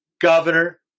Governor